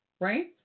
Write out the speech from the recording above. right